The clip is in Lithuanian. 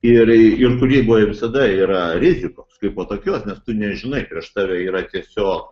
ir ir kūryboje visada yra rizikos kaipo tokios nes tu nežinai prieš tave yra tiesiog